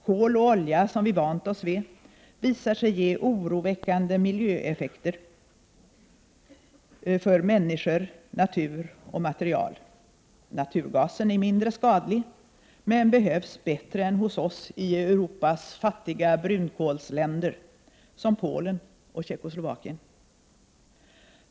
Kol och olja, som vi vant oss vid, visar sig ge oroväckande miljöeffekter för människor, natur och material. Naturgasen är mindre skadlig, men behövs bättre än hos oss i Europas fattiga brunkolsländer, som Polen och Tjeckoslovakien.